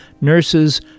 nurses